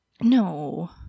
No